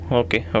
okay